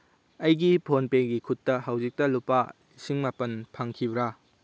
ꯑꯩꯒꯤ ꯐꯣꯟꯄꯦꯒꯤ ꯈꯨꯠꯇ ꯍꯧꯖꯤꯛꯇ ꯂꯨꯄꯥ ꯂꯤꯁꯤꯡ ꯃꯥꯄꯟ ꯐꯪꯈꯤꯕ꯭ꯔꯥ